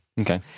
Okay